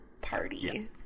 party